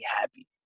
happy